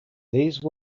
these